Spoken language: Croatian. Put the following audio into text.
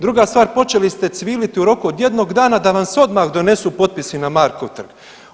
Druga stvar, počeli ste cviliti u roku od jednog dana da vam se odmah donesu potpisi na Markov trg.